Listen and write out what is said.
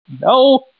No